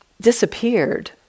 disappeared